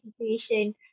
situation